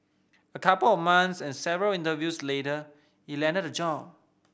a couple of months and several interviews later he landed a job